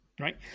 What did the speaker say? right